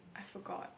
I forgot